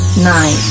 nine